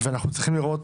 ואנחנו צריכים לראות